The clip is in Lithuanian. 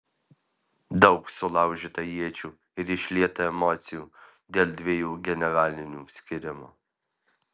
daug sulaužyta iečių ir išlieta emocijų dėl dviejų generalinių skyrimo